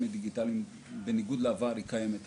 דיגיטליים בניגוד לעבר קיימת היום.